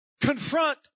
confront